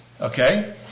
okay